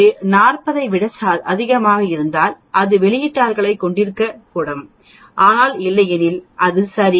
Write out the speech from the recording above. இது 40 ஐ விட அதிகமாக இருந்தால் அது வெளியீட்டாளர்களைக் கொண்டிருக்கக்கூடாது ஆனால் இல்லையெனில் அது சரி